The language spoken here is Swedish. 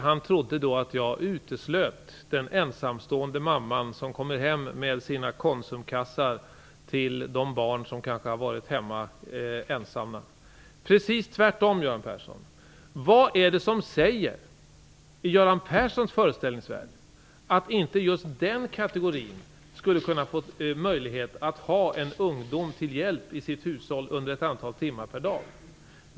Han trodde då att jag uteslöt den ensamstående mamman som kommer hem med sina konsumkassar till de barn som kanske har varit ensamma hemma. Det är precis tvärtom! Vad är det som, i Göran Perssons föreställningsvärld, säger att inte just den kategorin skulle kunna få möjlighet att ha en ungdom till hjälp i sitt hushåll under ett antal timmar per dag?